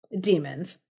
demons